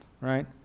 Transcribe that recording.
right